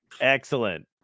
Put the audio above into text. excellent